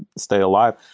stay alive.